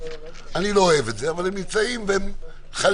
אני לא אוהב את זה, אבל הם נמצאים והם חלים.